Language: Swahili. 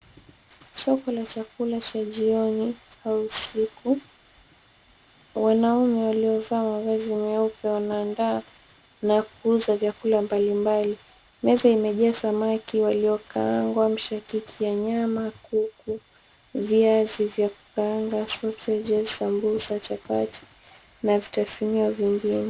Soko la chakula cha jioni au usiku. Wanaume waliovaa mavazi meupe wanaandaa na kuuza vyakula mbalimbali. Meza imejaa samaki waliokaangwa, mishakiki ya nyama, kuku, viazi vya kukaanga, [cp] sausages [cp], sambusa, chapati na vitafunio vingine.